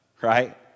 right